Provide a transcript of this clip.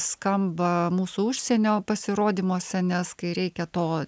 skamba mūsų užsienio pasirodymuose nes kai reikia to